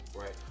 Right